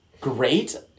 great